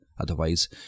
Otherwise